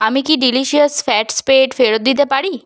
আমি কি delicious fat spread ফেরত দিতে পারি